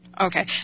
Okay